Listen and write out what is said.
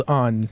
on